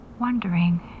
wondering